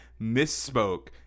misspoke